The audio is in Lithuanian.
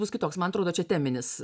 bus kitoks man atrodo čia teminis